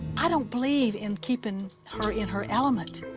i don't believe in keeping her in her element,